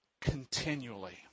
continually